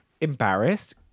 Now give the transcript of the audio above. embarrassed